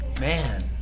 Man